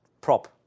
prop